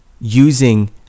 using